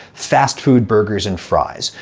fast food burgers and fries.